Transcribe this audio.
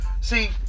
See